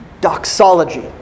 doxology